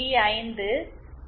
5 0